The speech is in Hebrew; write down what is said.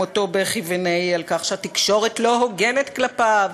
עם אותו בכי ונהי על כך שהתקשורת לא הוגנת כלפיו,